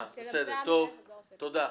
--- טוב, תודה.